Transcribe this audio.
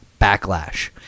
backlash